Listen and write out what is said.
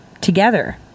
together